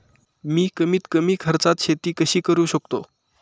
मी कमीत कमी खर्चात शेती कशी करू शकतो?